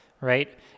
right